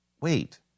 Wait